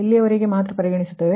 ಇಲ್ಲಿವರೆಗೆ ಮಾತ್ರ ಪರಿಗಣಿಸುತ್ತೇವೆ